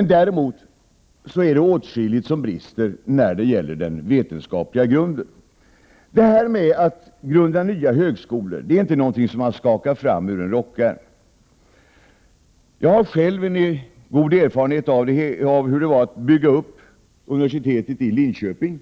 när det gäller den vetenskapliga grunden är det åtskilligt som brister. Det går inte att grunda nya högskolor genom att skaka fram något ur en rockärm. Jag har själv god erfarenhet av hur det var att bygga upp universitetet i Linköping.